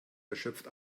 erschöpft